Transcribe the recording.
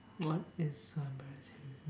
what is so embarrassing